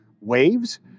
waves